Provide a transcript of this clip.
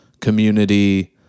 community